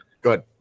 good